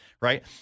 Right